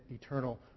eternal